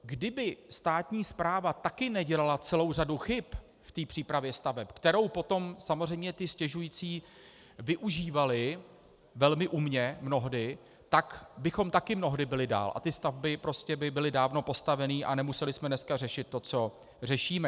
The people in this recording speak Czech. Kdyby státní správa taky nedělala celou řadu chyb v přípravě staveb, kterou potom samozřejmě ti stěžující si využívali velmi umně, tak bychom taky byli dál a ty stavby by byly dávno postavené a nemuseli jsme dneska řešit to, co řešíme.